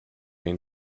been